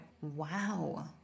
wow